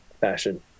fashion